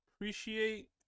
appreciate